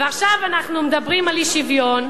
ועכשיו אנחנו מדברים על אי-שוויון,